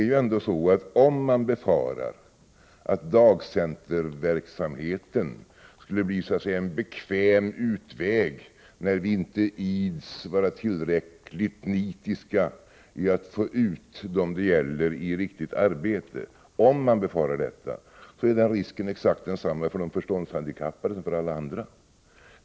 Om man befarar att dagcenterverksamheten skulle bli en bekväm utväg när vi inte ids vara tillräckligt nitiska i att få ut dem det gäller i riktigt arbete, bör man betänka att den risken är densamma för de förståndshandikappade och för alla andra.